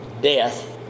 death